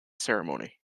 ceremony